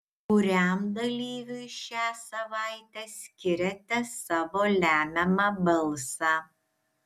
kuriam dalyviui šią savaitę skiriate savo lemiamą balsą